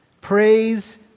Praise